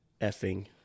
effing